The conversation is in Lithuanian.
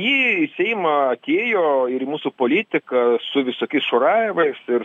ji į seimą atėjo ir į mūsų politiką su visokiais šurajevais ir